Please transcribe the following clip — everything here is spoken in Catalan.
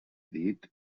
dit